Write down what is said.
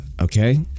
Okay